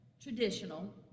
Traditional